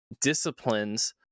disciplines